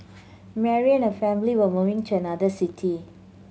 Mary and her family were moving to another city